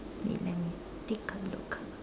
wait let me take a look